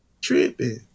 Tripping